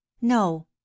no